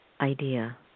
idea